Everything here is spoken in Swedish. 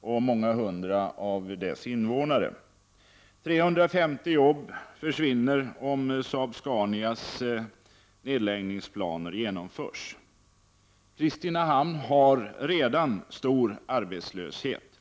och många hundra av dess invånare. 350 jobb försvinner om Saab-Scanias nedläggningsplaner genomförs. Kristinehamn har redan stor arbetslöshet.